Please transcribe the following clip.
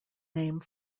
name